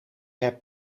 heb